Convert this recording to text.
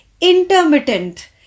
intermittent